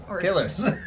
killers